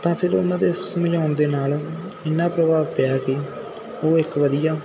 ਤਾਂ ਫਿਰ ਉਹਨਾਂ ਦੇ ਸਮਝਾਉਣ ਦੇ ਨਾਲ ਇੰਨਾ ਪ੍ਰਭਾਵ ਪਿਆ ਕਿ ਉਹ ਇੱਕ ਵਧੀਆ